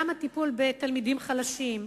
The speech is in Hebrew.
גם הטיפול בתלמידים חלשים,